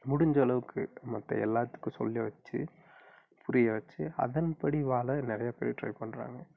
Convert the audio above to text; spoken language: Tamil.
முடிஞ்ச அளவுக்கு மற்ற எல்லாத்துக்கும் சொல்லி வச்சு புரிய வச்சு அதன்படி வாழ நிறைய பேர் ட்ரை பண்ணுறாங்க